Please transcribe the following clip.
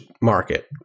market